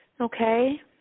Okay